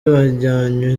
bajyanywe